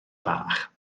bach